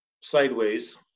sideways